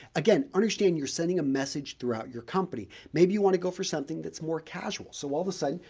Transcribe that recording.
again, understand you're sending a message throughout your company. maybe you want to go for something that's more casual, so all of a sudden,